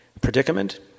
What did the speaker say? predicament